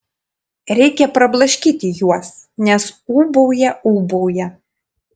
reikia prablaškyti juos nes ūbauja ūbauja